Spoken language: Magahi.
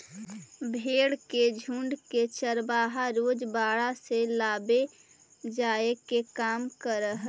भेंड़ के झुण्ड के चरवाहा रोज बाड़ा से लावेले जाए के काम करऽ हइ